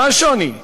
מה השוני?